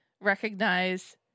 recognize